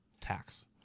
tax